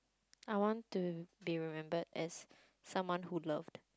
I want to be remembered as someone who loved